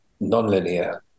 nonlinear